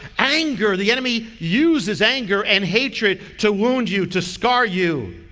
anger. the enemy uses anger and hatred to wound you, to scar you.